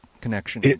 connection